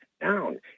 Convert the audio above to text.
down